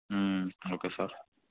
okay sir